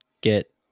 get